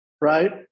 right